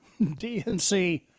DNC